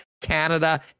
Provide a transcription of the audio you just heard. Canada